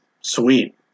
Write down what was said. Sweet